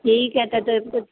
ठीक है तब तलक कुछ